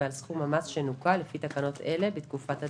ועל סכום המס שנוכה לפי תקנות אלה בתקופת הדיווח.